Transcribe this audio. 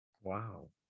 Wow